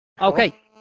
Okay